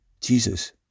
Jesus